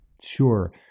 Sure